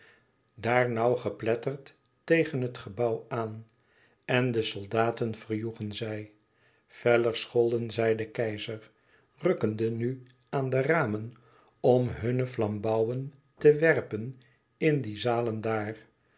daar nauw gepletterd tegen het gebouw aan en de soldaten verjoegen zij feller scholden zij den keizer rukkende nu aan de ramen om hunne flambouwen te werpen in die zalen daar